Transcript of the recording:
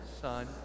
Son